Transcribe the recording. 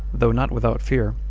though not without fear,